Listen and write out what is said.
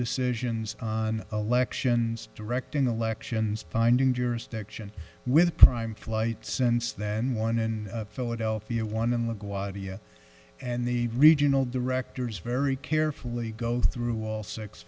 decisions on elections directing elections finding jurisdiction with a prime flight since then one in philadelphia one in the guardia and the regional directors very carefully go through all six